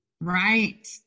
Right